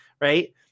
right